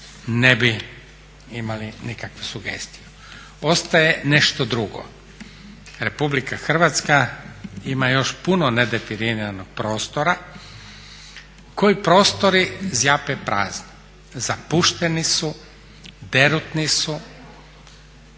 ne bi imali nikakve sugestije. Ostaje nešto drugo, RH ima još puno nedefiniranog prostora koji prostori zjape prazni, zapušteni su, derutni su